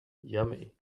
yummy